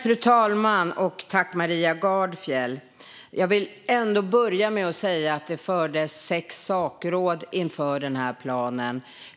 Fru talman! Jag tackar Maria Gardfjell för detta. Jag vill ändå börja med att säga att det fördes sex sakråd inför denna plan.